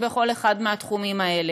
בהקשר הזה.